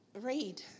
read